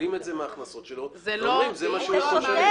מורידים את זה מההכנסות שלו ואומרים: זה מה שהוא יכול לשלם.